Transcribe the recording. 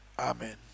Amen